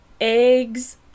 eggs